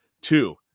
Two